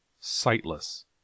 sightless